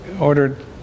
ordered